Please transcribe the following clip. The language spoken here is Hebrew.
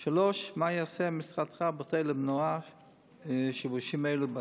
3. מה יעשה משרדך כדי למנוע שיבושים אלו בעתיד?